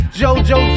JoJo